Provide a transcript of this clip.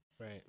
right